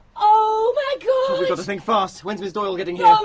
oh my god! we've got to think fast when's ms doyle getting here? um